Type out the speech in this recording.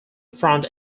front